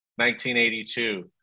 1982